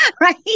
right